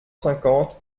cinquante